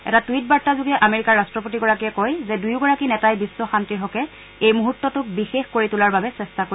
এটা টুইট বাৰ্তাযোগে আমেৰিকাৰ ৰাট্টপতিগৰাকীয়ে কয় যে দুয়োগৰাকী নেতাই বিশ্ব শান্তিৰ হকে এই মুহূৰ্তটোক বিশে কৰি তোলাৰ বাবে চেষ্টা কৰিব